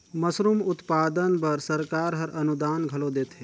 mushroom उत्पादन बर सरकार हर अनुदान घलो देथे